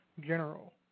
general